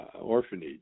orphanage